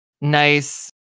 nice